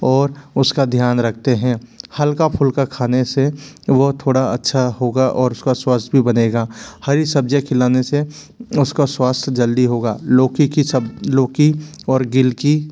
और उसका ध्यान रखते हैं हल्का फुल्का खाने से वो थोड़ा अच्छा होगा और उसका स्वास्थ्य भी बनेगा हरी सब्ज़ियाँ खिलाने से उसका स्वास्थ्य जल्दी होगा लौकी की सब लौकी और गिलकी